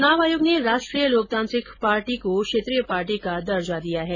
चुनाव आयोग ने राष्ट्रीय लोकतांत्रिक पार्टी को क्षेत्रीय पार्टी का दर्जा दिया है